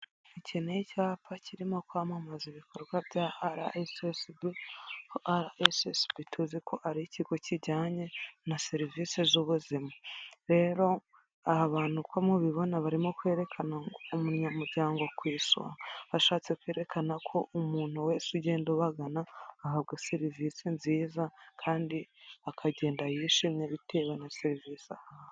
Iki ni icyapa kirimo kwamamaza ibikorwa bya RSSB, RSSB tuzi ko ari ikigo kijyanye na serivisi z'ubuzima rero aha abantu ko mubibona barimo kwerekana umunyamuryango ku isonga ashatse kwerekana ko umuntu wese ugenda ubagana ahabwa serivisi nziza kandi akagenda yishemye bitewe na serivisi.